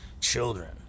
children